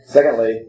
Secondly